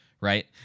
Right